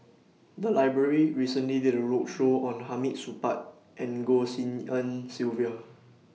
The Library recently did A roadshow on Hamid Supaat and Goh Tshin En Sylvia